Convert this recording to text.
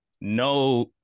no